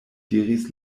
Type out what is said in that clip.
diris